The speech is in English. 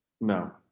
no